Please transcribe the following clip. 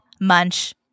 Munch